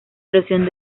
erosión